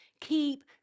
keep